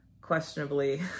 questionably